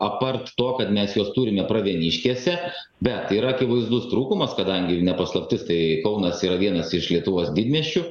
apart to kad mes juos turime pravieniškėse bet yra akivaizdus trūkumas kadangi ne paslaptis tai kaunas yra vienas iš lietuvos didmiesčių